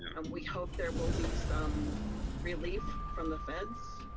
and we hope there will be some relief from the feds,